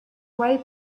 way